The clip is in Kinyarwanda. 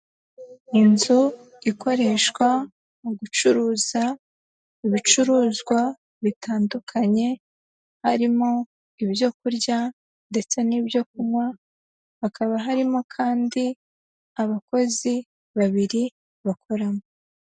Inzu ikoreshwa mu gucuruza ibicuruzwa bitandukanye, harimo ibyo kurya ndetse n'ibyo kunywa, hakaba harimo kandi abakozi babiri bakoramo.